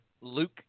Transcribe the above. Luke